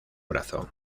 brazo